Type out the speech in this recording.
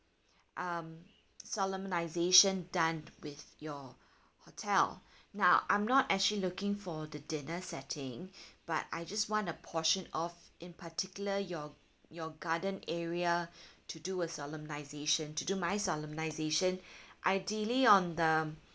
um solemnization done with your hotel now I'm not actually looking for the dinner setting but I just want a portion of in particular your your garden area to do a solemnization to do my solemnization ideally on the